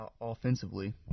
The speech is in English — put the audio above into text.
offensively